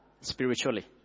spiritually